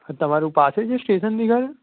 આ તમારું પાસે છે સ્ટેશનથી ઘર